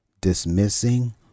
Dismissing